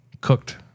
cooked